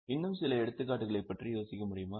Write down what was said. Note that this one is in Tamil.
இன்னும் சில எடுத்துக்காட்டுகளைப் பற்றி யோசிக்க முடியுமா